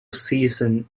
season